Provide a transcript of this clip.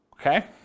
Okay